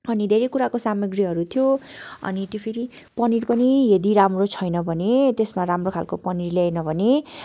अनि धेरै कुराको सामग्रीहरू थियो अनि त्यो फेरि पनिर पनि यदि राम्रो छैन भने त्यसमा राम्रो खालको पनिर ल्याएन भने